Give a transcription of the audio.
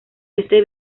este